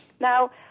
Now